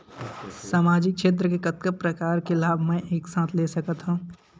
सामाजिक क्षेत्र के कतका प्रकार के लाभ मै एक साथ ले सकथव?